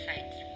sites